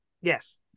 Yes